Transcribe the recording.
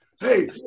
Hey